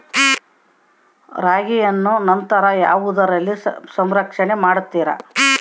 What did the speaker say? ರಾಗಿಯನ್ನು ನಂತರ ಯಾವುದರಲ್ಲಿ ಸಂರಕ್ಷಣೆ ಮಾಡುತ್ತಾರೆ?